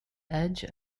edge